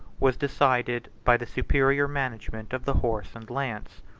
was decided by the superior management of the horse and lance.